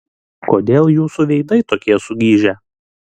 kodėl jūsų veidai tokie sugižę